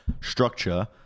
structure